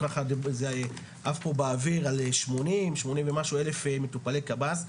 וזה עף פה באוויר 80,000 ומשהו מטופלי קב"ס,